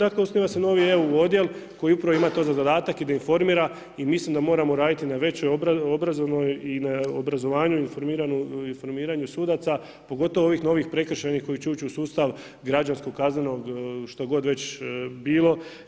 Dakle, osniva se novi EU odjel koji upravo ima to za zadatak i da informira i mislim da moramo raditi na većoj obrazovnoj i na obrazovanju, informiranju sudaca pogotovo ovih novih prekršajnih koji će ući u sustav građanskog, kaznenog što god već bilo.